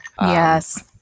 Yes